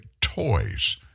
toys